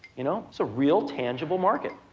you know, it's a real tangible market.